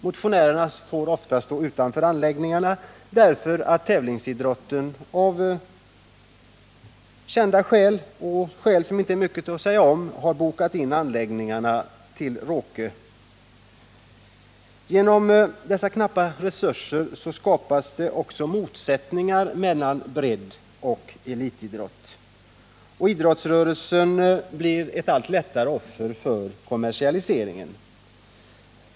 Motionärerna får ofta stå utanför anläggningarna därför att tävlingsidrotten, av kända skäl som inte är mycket att säga om, med råge har bokat in anläggningarna. På grund av dessa knappa resurser skapas det också motsättningar mellan breddoch elitidrott. Och idrottsrörelsen blir ett allt lättare offer för kommersialiseringen.